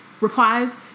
Replies